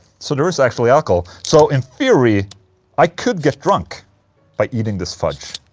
so there is actually alcohol, so in theory i could get drunk by eating this fudge